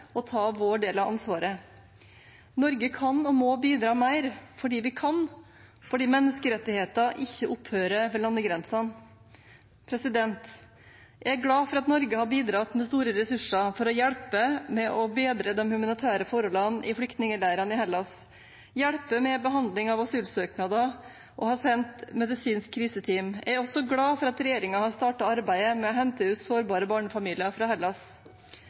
og ta sin del av ansvaret. Norge kan og må bidra mer fordi vi kan, fordi menneskerettigheter ikke opphører ved landegrensen. Jeg er glad for at Norge har bidratt med store ressurser for å hjelpe til med å bedre de humanitære forholdene i flyktningleirene i Hellas og med behandling av asylsøknader, og har sendt et medisinsk kriseteam. Jeg er også glad for at regjeringen har startet arbeidet med å hente ut sårbare barnefamilier fra Hellas.